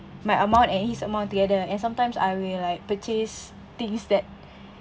my amount and his amount together and sometimes I will like purchase things that